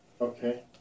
Okay